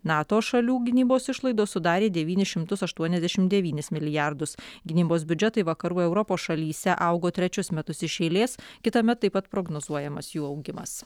nato šalių gynybos išlaidos sudarė devynis šimtus aštuoniasdešim devynis milijardus gynybos biudžetai vakarų europos šalyse augo trečius metus iš eilės kitąmet taip pat prognozuojamas jų augimas